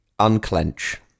unclench